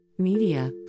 Media